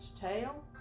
Tail